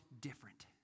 different